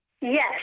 Yes